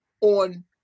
on